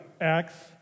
Acts